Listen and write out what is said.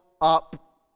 up